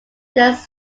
this